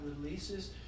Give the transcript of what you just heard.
releases